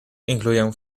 incluyen